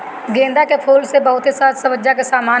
गेंदा के फूल से बहुते साज सज्जा के समान बनेला